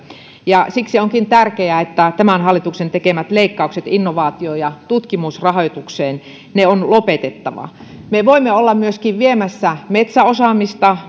siksi onkin tärkeää että tämän hallituksen tekemät leikkaukset innovaatio ja tutkimusrahoitukseen on lopetettava me voimme olla myöskin viemässä metsäosaamista